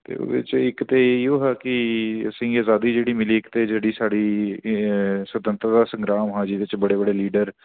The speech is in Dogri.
ते ओह्दे च इक ते इ'यो हा कि असेंगी अजादी जेह्ड़ी मिली इक ते जेह्ड़ी साढ़ी सुतैंतरता सग्रांम हा जेह्दे च बड़े बड़े लीडर